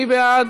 מי בעד?